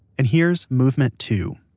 and here's movement two.